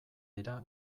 dira